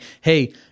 hey